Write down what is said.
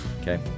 okay